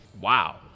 Wow